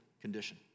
condition